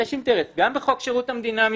גם בחוק שירות המדינה (משמעת),